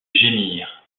gémir